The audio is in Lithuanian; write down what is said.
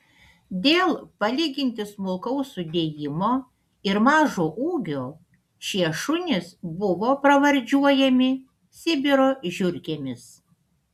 dėl palyginti smulkaus sudėjimo ir mažo ūgio šie šunys buvo pravardžiuojami sibiro žiurkėmis